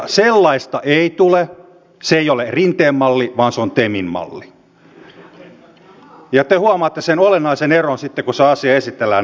sellaista ei tule se ei ole rinteen malli vaan se on temin malli ja te huomaatte sen olennaisen eron sitten kun se asia esitellään aikanaan